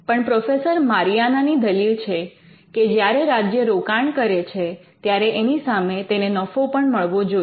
પણ professor Mariana ની દલીલ છે કે જ્યારે રાજ્ય રોકાણ કરે છે ત્યારે એની સામે તેને નફો પણ મળવો જોઈએ